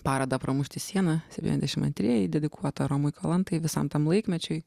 parodą pramušti sieną septyniasdešim antrieji dedikuotą romui kalantai visam tam laikmečiui